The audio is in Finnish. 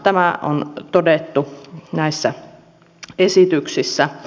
tämä on todettu näissä esityksissä